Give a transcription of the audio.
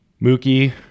Mookie